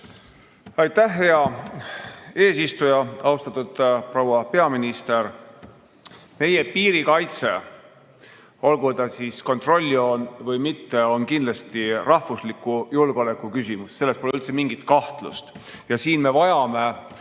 Aitäh, hea eesistuja! Austatud proua peaminister! Meie piiri kaitse, olgu ta siis kontrolljoon või mitte, on kindlasti rahvusliku julgeoleku küsimus. Selles pole üldse mingit kahtlust ja siin me vajame